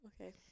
okay